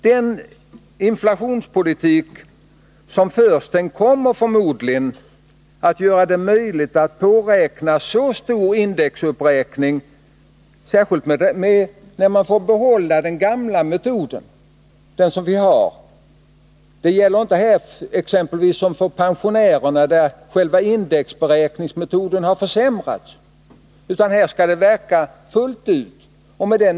Deniinflationspolitik som förs kommer förmodligen att göra det möjligt att påräkna en så stor indexuppräkning — särskilt när man får behålla den metod för indexberäkningen som finns. Den har ju inte försämrats — som har skett för pensionärerna — utan skall verka fullt ut här.